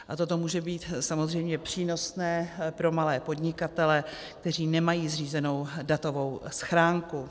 A toto může být samozřejmě přínosné pro malé podnikatele, kteří nemají zřízenou datovou schránku.